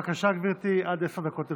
בבקשה, גברתי, עד עשר דקות לרשותך.